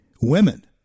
Women